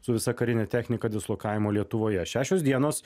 su visa karine technika dislokavimo lietuvoje šešios dienos